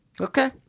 Okay